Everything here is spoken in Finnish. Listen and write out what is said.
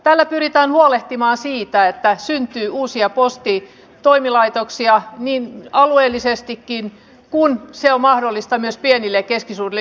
tällä pyritään huolehtimaan siitä että syntyy uusia postitoimilaitoksia alueellisestikin kun se on mahdollista myös pienille ja keskisuurille yrityksille